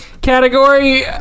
Category